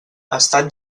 estat